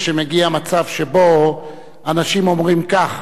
כשמגיע מצב שבו אנשים אומרים כך